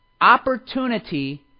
opportunity